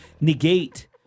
negate